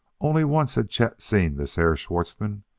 only once had chet seen this herr schwartzmann,